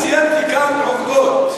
ציינתי כאן עובדות.